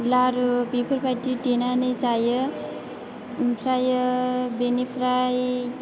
लारु बेफोरबादि देनानैै जायो ओमफ्रायो बेनिफ्राय